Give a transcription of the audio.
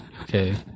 Okay